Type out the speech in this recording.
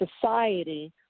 society